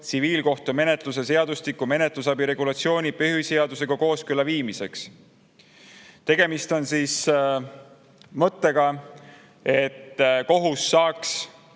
tsiviilkohtumenetluse seadustiku menetlusabi regulatsiooni põhiseadusega kooskõlla viimiseks. Tegemist on mõttega, et saaks